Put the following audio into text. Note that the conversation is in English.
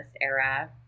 era